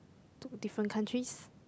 to different countries